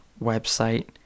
website